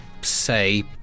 say